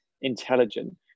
intelligent